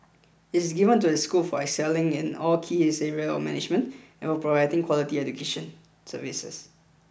it is given to a school for excelling in all key areas of management and for providing quality education services